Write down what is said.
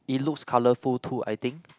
it looks colorful too I think